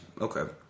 okay